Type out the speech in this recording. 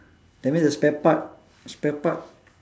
that means the spare part spare part